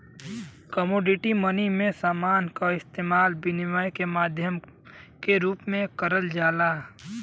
commodity money में समान क इस्तेमाल विनिमय के माध्यम के रूप में करल जाला